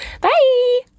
Bye